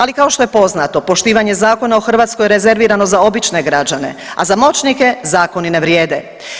Ali kao što je poznato, poštivanje zakona u Hrvatskoj je rezervirano za obične građane, a za moćnike zakoni ne vrijede.